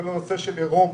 כל הנושא של עירום